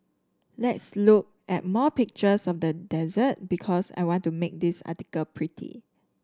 let's look at more pictures of the dessert because I want to make this article pretty